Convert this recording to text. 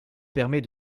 permet